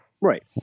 Right